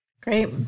Great